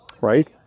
right